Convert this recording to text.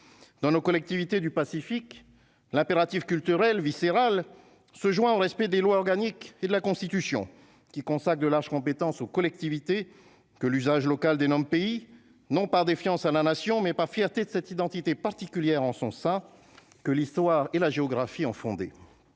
dans nos collectivités du Pacifique, l'impératif culturel, viscéral se joint au respect des lois organiques et de la constitution qui consacre de larges compétences aux collectivités que l'usage local des normes pays non par défiance à la nation, mais par fierté de cette identité particulière en son sein que l'histoire et la géographie en fonder